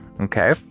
okay